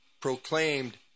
proclaimed